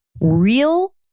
real